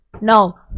No